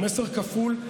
הוא מסר כפול.